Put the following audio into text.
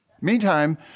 Meantime